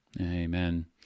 Amen